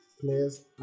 players